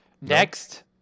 Next